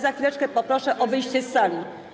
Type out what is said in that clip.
Za chwileczkę poproszę o wyjście z sali.